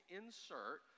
insert